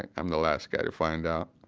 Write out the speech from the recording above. and i'm the last guy to find out.